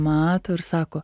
mato ir sako